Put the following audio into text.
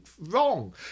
wrong